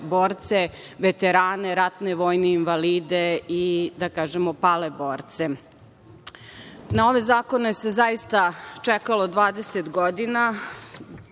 borce, veterane, ratne vojne invalide i pale borce. Na ove zakone se zaista čekalo 20 godina.